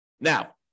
Now